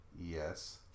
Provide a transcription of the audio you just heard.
Yes